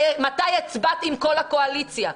מתי הצבעת עם כל הקואליציה?